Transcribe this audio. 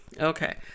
Okay